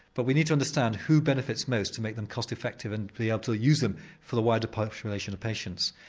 but we need to understand who benefits most to make them cost effective and be able ah to use them for the wider population of patients.